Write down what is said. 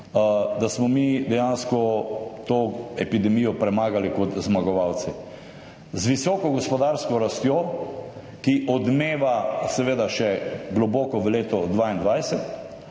padli, mi dejansko premagali kot zmagovalci, z visoko gospodarsko rastjo, ki odmeva seveda še globoko v leto 2022,